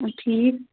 آ ٹھیٖک